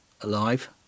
alive